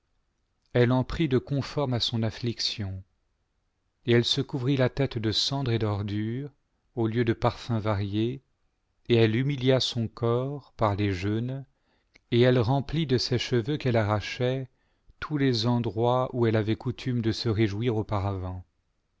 elle en prit de conformes à son affliction et elle se couvrit la tête de cendres et d'ordure au lieu de parfums variés et elle humilia son corps par les jeûnes et elle remplit de ses cheveux qu'elle s'arrachait tous les endroits où elle avait coutume de se réjouir auparavant